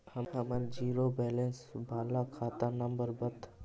हमर zero balance बाला खाता नम्बर बत?